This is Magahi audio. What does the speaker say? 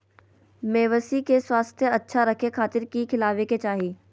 मवेसी के स्वास्थ्य अच्छा रखे खातिर की खिलावे के चाही?